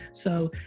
so